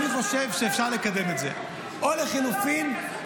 אני חושב שאפשר לקדם את זה, או, לחלופין,